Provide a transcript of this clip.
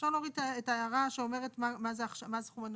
אפשר להוריד את ההערה מה הסכום הנוכחי.